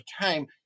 Time